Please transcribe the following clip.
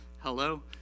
hello